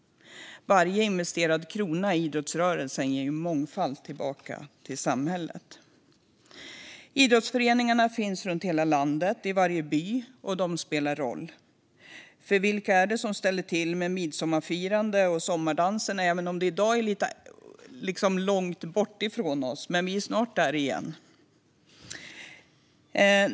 Varje investerad krona i idrottsrörelsen ger ju mångfalt tillbaka till samhället. Idrottsföreningarna finns i hela landet, i varje by, och de spelar roll. För vilka är det som ställer till med midsommarfirande och sommardanser? Det känns långt bort just i dag, men snart är vi där igen.